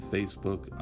Facebook